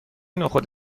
نخود